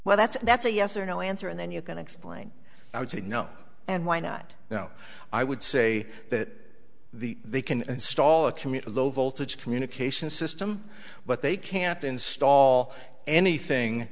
well that's that's a yes or no answer and then you're going to explain i would say no and why not now i would say that the they can install a commuter low voltage communication system but they can't install anything